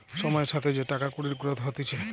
সময়ের সাথে যে টাকা কুড়ির গ্রোথ হতিছে